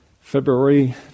February